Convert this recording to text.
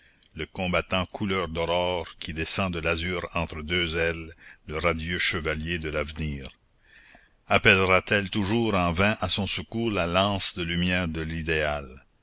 le combattant couleur d'aurore qui descend de l'azur entre deux ailes le radieux chevalier de l'avenir appellera t elle toujours en vain à son secours la lance de lumière de l'idéal